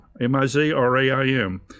M-I-Z-R-A-I-M